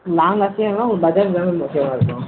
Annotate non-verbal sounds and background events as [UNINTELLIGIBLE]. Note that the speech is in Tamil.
நாங்கள் [UNINTELLIGIBLE] பாஜாஜ் தான் மேம் வசதியாக இருக்கும்